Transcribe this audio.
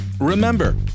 Remember